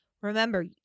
Remember